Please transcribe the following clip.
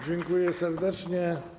Dziękuję serdecznie.